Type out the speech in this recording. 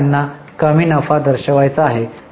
तर त्यांना कमी नफा दर्शवायचा आहे